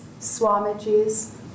Swamiji's